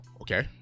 Okay